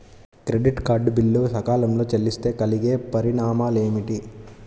Credit card bill సకాలంలో చెల్లిస్తే కలిగే పరిణామాలేమిటి?